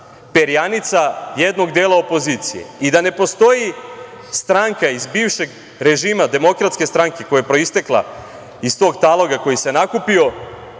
perjanica jednog dela opozicije i da ne postoji stranka iz bivšeg režima Demokratske stranke, koja je proistekla iz tog taloga koji se nakupio,